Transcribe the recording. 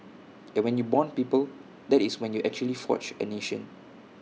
and when you Bond people that is when you actually forge A nation